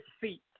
feet